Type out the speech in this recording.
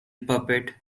puppet